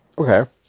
Okay